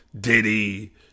Diddy